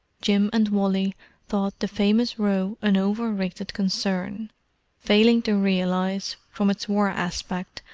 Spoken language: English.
jim and wally thought the famous row an over-rated concern failing to realize, from its war aspect,